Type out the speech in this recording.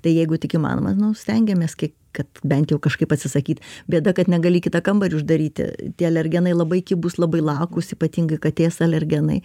tai jeigu tik įmanoma stengiamės kiek kad bent jau kažkaip atsisakyt bėda kad negali į kitą kambarį uždaryti tie alergenai labai kibūs labai lakūs ypatingai katės alergenai